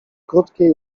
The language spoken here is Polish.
krótkiej